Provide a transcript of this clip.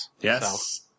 Yes